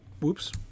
whoops